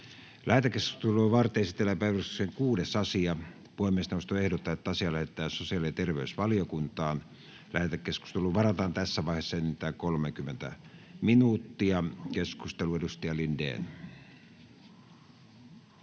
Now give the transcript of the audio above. Lähetekeskustelua varten esitellään päiväjärjestyksen 6. asia. Puhemiesneuvosto ehdottaa, että asia lähetetään sosiaali‑ ja terveysvaliokuntaan. Lähetekeskusteluun varataan tässä vaiheessa enintään 30 minuuttia. Keskustelu, edustaja Lindén.